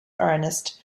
ernest